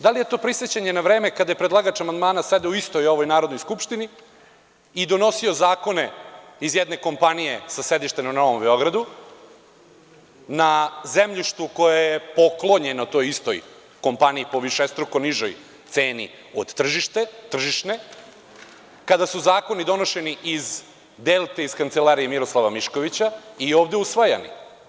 Da li je to prisećanje na vreme kada je predlagač amandmana sedeo u istoj ovoj Narodnoj skupštini i donosio zakone iz jedne kompanije sa sedištem na Novom Beogradu na zemljištu koje je poklonjeno toj istoj kompaniji po višestruko nižoj ceni od tržišne, kada su zakoni donošeni iz „Delte“ iz kancelarije Miroslava Miškovića i ovde usvajani.